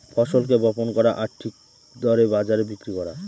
ফসলকে বপন করা আর ঠিক দরে বাজারে বিক্রি করা